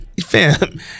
fam